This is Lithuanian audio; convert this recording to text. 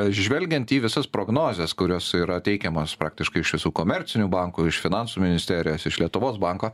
žvelgiant į visas prognozes kurios yra teikiamos praktiškai iš visų komercinių bankų iš finansų ministerijos iš lietuvos banko